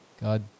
God